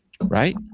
Right